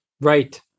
right